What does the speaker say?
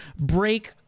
break